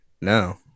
No